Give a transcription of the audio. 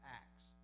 acts